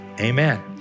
amen